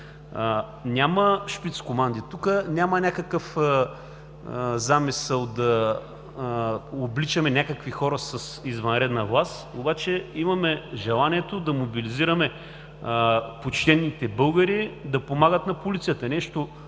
Няма шпицкоманди тук, няма някакъв замисъл да обличаме някакви хора с извънредна власт, обаче имаме желанието да мобилизираме почтените българи да помагат на полицията.